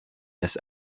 this